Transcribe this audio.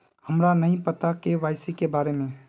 हमरा नहीं पता के.वाई.सी के बारे में?